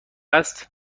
است